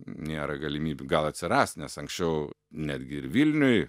nėra galimybių gal atsiras nes anksčiau netgi ir vilniuj